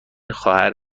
خواهر